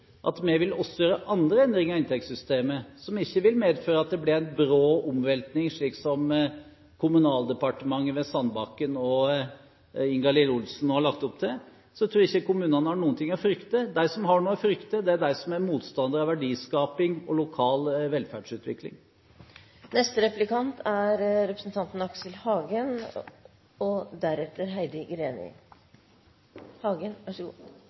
at vi også vil gjøre andre endringer i inntektssystemet – som ikke vil medføre at det blir en brå omveltning, slik som Kommunaldepartementet ved Sandbakken og Ingalill Olsen har lagt opp til – tror jeg ikke kommunene har noe å frykte. De som har noe å frykte, er de som er motstandere av verdiskaping og lokal velferdsutvikling. Høyre gjør det som opposisjonspartier gjerne gjør. Dels i egne merknader og